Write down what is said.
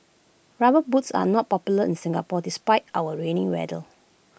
rubber boots are not popular in Singapore despite our rainy weather